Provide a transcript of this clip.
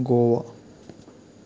Goa